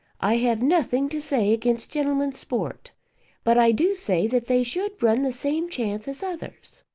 i have nothing to say against gentlemen's sport but i do say that they should run the same chance as others.